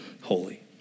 holy